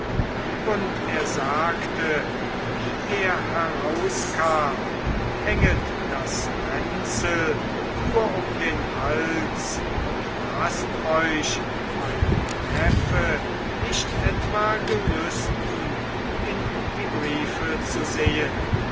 und er sagte wie er herauskam hänget das ränzel nur um den hals und laßt euch mein neffe nicht etwa gelüsten in die briefe zu sehen